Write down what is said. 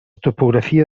topografia